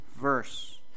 verse